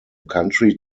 country